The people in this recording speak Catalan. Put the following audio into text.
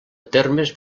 termes